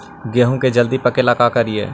गेहूं के जल्दी पके ल का करियै?